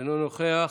אינו נוכח.